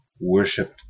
Worshipped